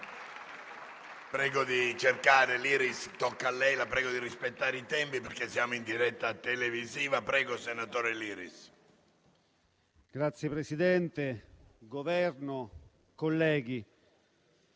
Signor Presidente, Governo, colleghi,